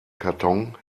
karton